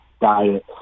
diet